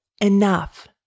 Enough